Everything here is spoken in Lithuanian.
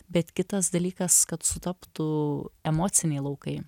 bet kitas dalykas kad sutaptų emociniai laukai